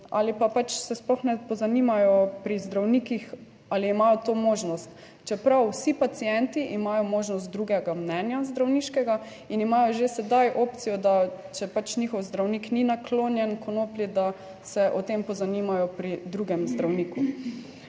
ali pa pač se sploh ne pozanimajo pri zdravnikih ali imajo to možnost, čeprav vsi pacienti imajo možnost drugega mnenja zdravniškega in imajo že sedaj opcijo, da če pač njihov zdravnik ni naklonjen konoplji, da se o tem pozanimajo pri drugem zdravniku.